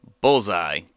Bullseye